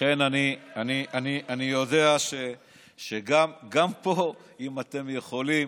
לכן אני יודע שגם פה, אם אתם יכולים